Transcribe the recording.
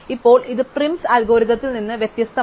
ഇപ്പോൾ ഇത് Prim's അൽഗോരിതത്തിൽ നിന്ന് വ്യത്യസ്തമാണ്